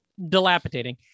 dilapidating